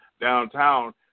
downtown